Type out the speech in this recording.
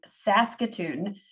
Saskatoon